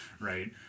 right